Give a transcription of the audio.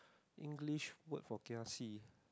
English word for kiasi